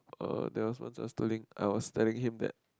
er there was once I tooling I was telling him that